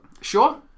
Sure